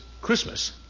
Christmas